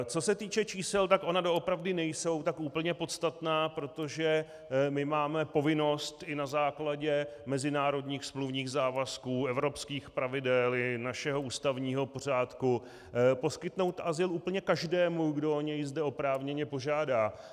Co se týče čísel, tak ona doopravdy nejsou tak podstatná, protože máme povinnost i na základě mezinárodních smluvních závazků, evropských pravidel i našeho ústavního pořádku poskytnout azyl úplně každému, kdo o něj zde oprávněně požádá.